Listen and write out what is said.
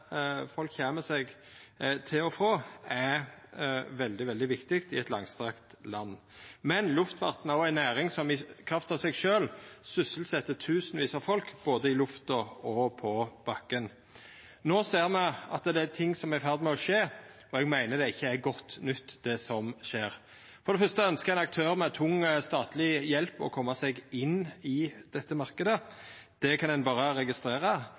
folk kjem seg til og frå er veldig viktig i eit langstrakt land, men luftfarten er òg ei næring som i kraft av seg sjølv sysselset tusenvis av folk både i lufta og på bakken. No ser me at det er ting som er i ferd med å skje, og eg meiner det som skjer, ikkje er godt nytt. For det fyrste ønskjer ein aktør med tung statleg hjelp å koma seg inn i denne marknaden. Det kan ein berre registrera,